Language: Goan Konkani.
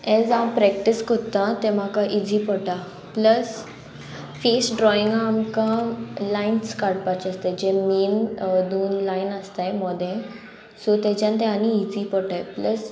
एज हांव प्रॅक्टीस कोत्ता तें म्हाका इजी पोटा प्लस फेस ड्रॉइंगा आमकां लायन्स काडपाचे आसताय जे मेन दोन लायन आसताय मोदे सो तेच्यान ते आनी इजी पोटाय प्लस